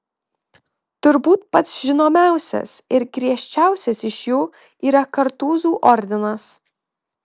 turbūt pats žinomiausias ir griežčiausias iš jų yra kartūzų ordinas